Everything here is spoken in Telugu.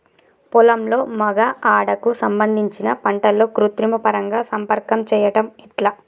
పొలంలో మగ ఆడ కు సంబంధించిన పంటలలో కృత్రిమ పరంగా సంపర్కం చెయ్యడం ఎట్ల?